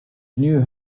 knew